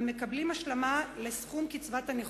המקבלים השלמה לסכום קצבת הנכות.